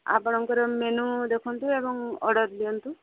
ଆପଣଙ୍କର ମେନ୍ୟୁ ଦେଖନ୍ତୁ ଏବଂ ଅର୍ଡ଼ର୍ ଦିଅନ୍ତୁ